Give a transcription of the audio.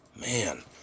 Man